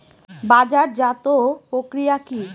বাজারজাতও প্রক্রিয়া কি?